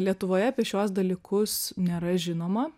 lietuvoje apie šiuos dalykus nėra žinoma